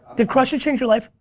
did crush it! change your life?